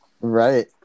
Right